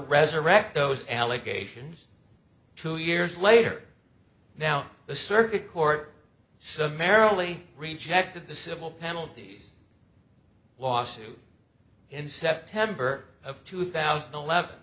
resurrect those allegations two years later now the circuit court summarily rejected the civil penalties lawsuit in september of two thousand and eleven